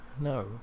no